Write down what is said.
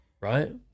Right